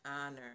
honor